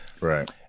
Right